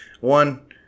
one